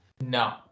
no